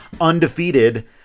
undefeated